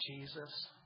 Jesus